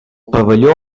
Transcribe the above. pavelló